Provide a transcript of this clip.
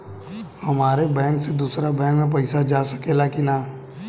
हमारे बैंक से दूसरा बैंक में पैसा जा सकेला की ना?